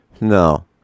no